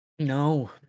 No